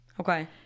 Okay